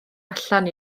allan